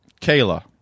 Kayla